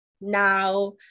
now